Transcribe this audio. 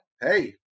hey